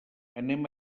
anem